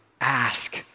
Ask